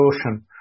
ocean